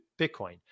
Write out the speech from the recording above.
Bitcoin